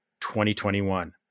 2021